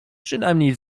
przynajmniej